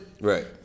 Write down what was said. right